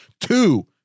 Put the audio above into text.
Two